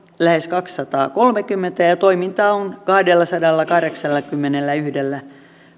lähes kaksisataakolmekymmentä ja ja toimintaa on kahdellasadallakahdeksallakymmenelläyhdellä